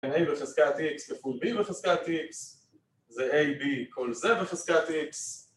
A בחזקת X כפול B בחזקת X זה AB כל זה בחזקת X